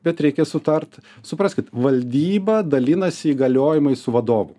bet reikia sutart supraskit valdyba dalinasi įgaliojimais su vadovu